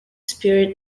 spirit